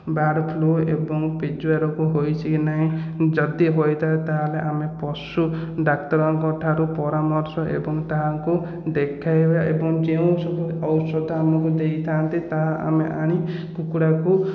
bird flu ଏବଂ ପେଜୁଆ ରୋଗ ହୋଇଛି କି ନାହିଁ ଯଦି ହୋଇଥାଏ ତାହେଲେ ଆମେ ପଶୁ ଡାକ୍ତରଙ୍କ ଠାରୁ ପରାମର୍ଶ ଏବଂ ତାହାଙ୍କୁ ଦେଖାଇବା ଏବଂ ଯେଉଁସବୁ ଔଷଧ ଆମକୁ ଦେଇଥାନ୍ତି ତାହା ଆମେ ଆଣି କୁକୁଡ଼ାକୁ